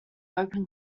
open